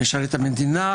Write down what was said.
משרת את המדינה,